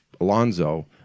Alonzo –